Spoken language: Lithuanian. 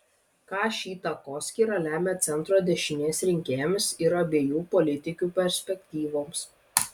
ką ši takoskyra lemia centro dešinės rinkėjams ir abiejų politikių perspektyvoms